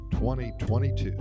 2022